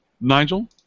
Nigel